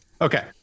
Okay